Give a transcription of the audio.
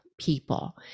people